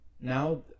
now